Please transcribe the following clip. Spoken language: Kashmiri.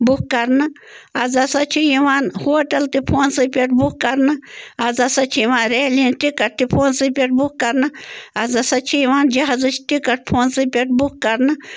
بُک کرنہٕ آز ہسا چھِ یِوان ہوٹَل تہِ فونسٕے پٮ۪ٹھ بُک کرنہٕ آز ہسا چھِ یِوان ریلہِ ہنٛز ٹِکَٹ تہِ فونسٕے پٮ۪ٹھ بُک کرنہٕ آز ہسا چھِ یِوان جہازٕچ ٹِکَٹ فونسٕے پٮ۪ٹھ بُک کرنہٕ